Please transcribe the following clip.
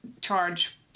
charge